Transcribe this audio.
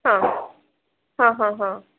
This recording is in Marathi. हा हा हा हा